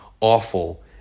awful